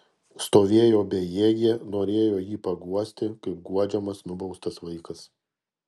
stovėjo bejėgė norėjo jį paguosti kaip guodžiamas nubaustas vaikas